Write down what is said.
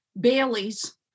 Bailey's